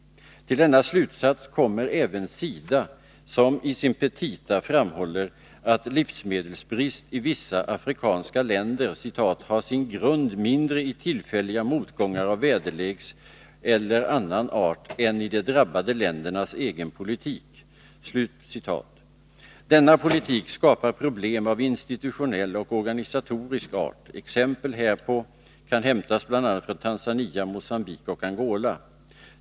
Till denna slutsats kommer även SIDA, som i sin petita framhåller att livsmedelsbrist i vissa afrikanska länder ”har sin grund mindre i tillfälliga motgångar av väderlekseller annan art än i de drabbade ländernas egen politik”. Denna politik skapar problem av institutionell och organisatorisk art. Exempel härpå kan hämtas bl.a. från Tanzania, Mogambique och Angola.